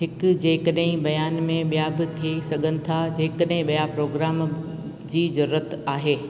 हिकु जेकॾहिं ॿयान में ॿिया बि थी सघनि था जेकॾहिं ॿिया प्रोग्राम जी ज़रूरत आहे